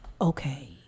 okay